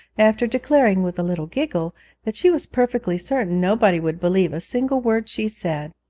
after declaring with a little giggle that she was perfectly certain nobody would believe a single word she said.